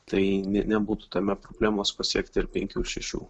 tai ne nebūtų tame problemos pasiekti ir penkių šešių